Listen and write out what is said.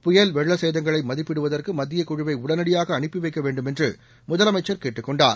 புயல் வெள்ளச்சேதங்களை மதிப்பிடுவதற்கு மத்திய குழுவை உடனடியாக அனுப்பிவைக்க வேண்டும் என்று முதலமைச்சர் கேட்டுக்கொண்டார்